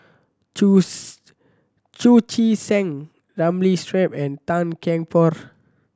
chu Chu Chee Seng Ramli Sarip and Tan Kian Por